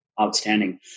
Outstanding